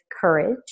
courage